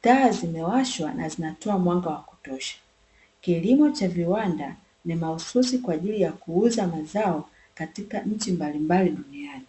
taa zimewashwa na zinatoa mwanga wa kutosha, kilimo cha viwanda ni mahususi kwa ajili ya kuuza mazao katika nchi mbalimbali duniani.